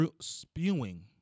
spewing